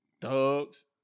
Thugs